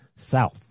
South